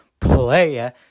player